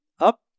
up